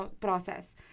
process